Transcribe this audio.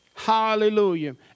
Hallelujah